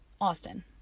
Austin